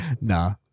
Nah